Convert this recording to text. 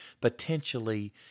potentially